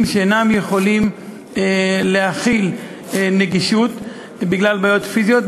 שאינם יכולים להכיל נגישות בגלל בעיות פיזיות,